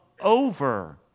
over